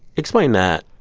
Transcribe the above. explain that